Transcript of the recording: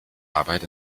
arbeit